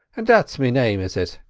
and that's me name, is it?